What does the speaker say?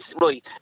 Right